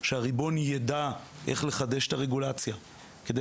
שהריבון יידע איך לחדש את הרגולציה כדי